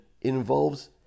involves